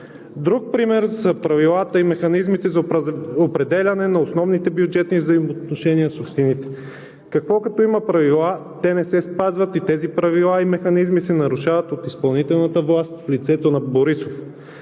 Друг пример са правилата и механизмите за определяне на основните бюджетни взаимоотношения с общините. Какво като има правила? Те не се спазват и тези правила и механизми се нарушават от изпълнителната власт в лицето на Борисов.